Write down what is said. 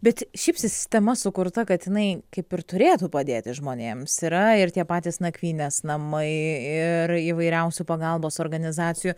bet šiaip sistema sukurta kad jinai kaip ir turėtų padėti žmonėms yra ir tie patys nakvynės namai ir įvairiausių pagalbos organizacijų